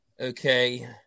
okay